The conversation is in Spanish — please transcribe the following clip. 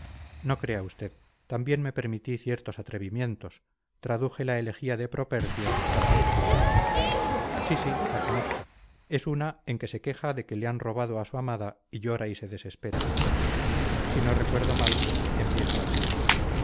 no crea usted también me permití ciertos atrevimientos traduje la elegía de propercio ad amicum sí sí la conozco es una en que se queja de que le han robado a su amada y llora y se desespera si no recuerdo mal empieza así